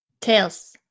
tails